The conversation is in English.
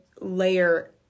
layer